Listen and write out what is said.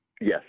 Yes